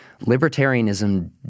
libertarianism